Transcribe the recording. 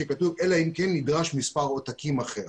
כתוב "אלא אם כן נדרש מספר עותקים אחר".